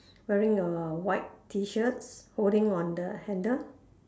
wearing a white T shirt holding on the handle